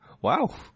Wow